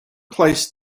placed